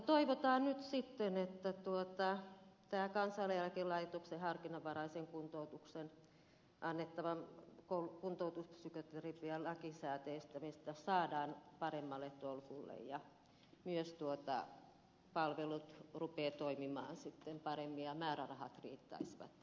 toivotaan nyt sitten että kansaneläkelaitoksen harkinnanvaraiseen kuntoutukseen annettavan kuntoutuspsykoterapian lakisääteistäminen saadaan paremmalle tolkulle ja myös palvelut rupeavat toimimaan paremmin ja määrärahat riittäisivät